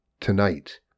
Tonight